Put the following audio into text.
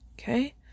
Okay